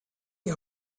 die